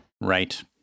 Right